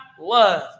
love